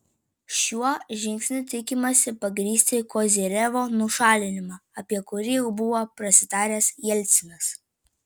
šiuo žingsniu tikimasi pagrįsti kozyrevo nušalinimą apie kurį jau buvo prasitaręs jelcinas